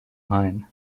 ajn